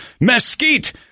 mesquite